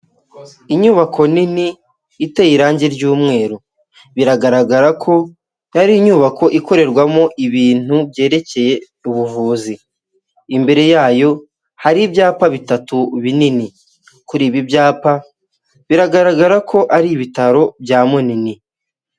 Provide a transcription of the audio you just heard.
Inyubako nini iteye irange ry'umweru biragaragara ko hari inyubako ikorerwamo ibintu byerekeye ubuvuzi, imbere yayo hari ibyapa bitatu binini, kuri ibi byapa biragaragara ko ari ibitaro bya Munini.